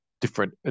different